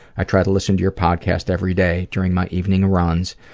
i try to listen to your podcast every day during my evening runs.